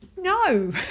no